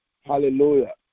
Hallelujah